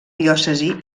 diòcesi